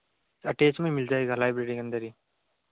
attach में मिल जाएगा लाइब्रेरी के अन्दर ही